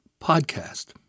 podcast